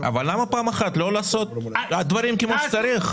למה פעם אחת לא לעשות את הדברים כמו שצריך?